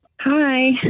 Hi